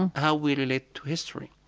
how we relate to history.